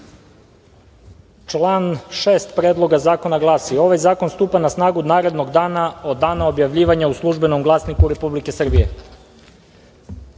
Član 6. Predloga zakona glasi – ovaj zakon stupa na snagu od narednog dana od dana objavljivanja u „Službenom glasniku Republike